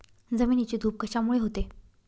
जमिनीची धूप कशामुळे होते?